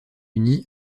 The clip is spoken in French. unis